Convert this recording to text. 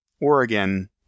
Oregon